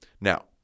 Now